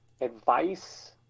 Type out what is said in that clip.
Advice